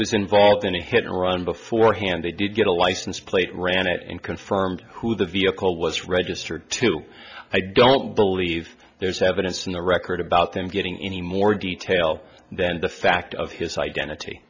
was involved in a hit and run beforehand they did get a license plate ran it and confirmed who the vehicle was registered to i don't believe there's evidence in the record about them getting any more detail than the fact of his identity